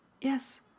Yes